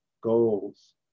goals